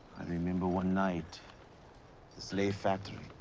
i remember one night, the slave factory.